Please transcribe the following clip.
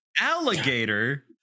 Alligator